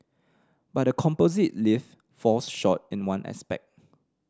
but the composite lift falls short in one aspect